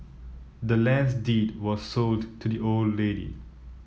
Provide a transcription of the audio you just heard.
the land's deed was sold to the old lady